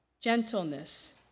gentleness